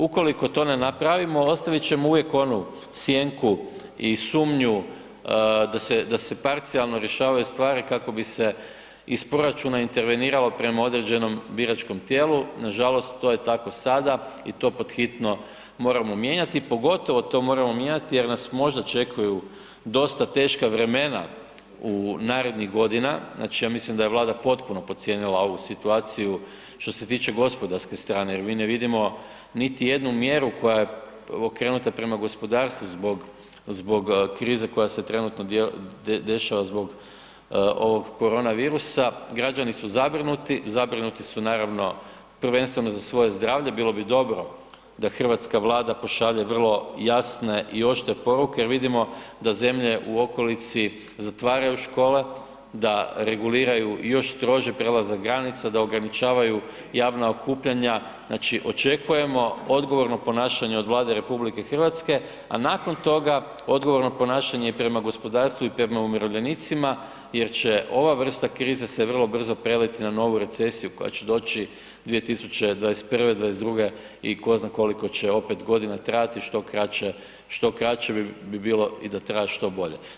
Ukoliko to ne napravimo ostavit ćemo uvijek onu sjenku i sumnju da se, da se parcijalno rješavaju stvari kako bi se iz proračuna interveniralo prema određenom biračkom tijelu, nažalost to je tako sada i to pod hitno moramo mijenjati, pogotovo to moramo mijenjati jer nas možda očekuju dosta teška vremena u narednih godina, znači ja mislim da je Vlada potpuno podcijenila ovu situaciju što se tiče gospodarske strane jer mi ne vidimo niti jednu mjeru koja je okrenuta gospodarstvu zbog, zbog krize koja se trenutno dešava zbog ovog koronavirusa, građani su zabrinuti, zabrinuti su naravno prvenstveno za svoje zdravlje, bilo bi dobro da hrvatska Vlada pošalje vrlo jasne i oštre poruke jer vidimo da zemlje u okolici zatvaraju škole, da reguliraju i još strože prelazak granica, da ograničavaju javna okupljanja, znači očekujemo odgovorno ponašanje od Vlade RH, a nakon toga odgovorno ponašanje i prema gospodarstvu i prema umirovljenicima jer će ova vrsta krize se vrlo brzo preliti na novu recesiju koja će doći 2021., '22. i ko zna koliko će opet godina trajati što kraće, što kraće bi bilo i da traje što bolje.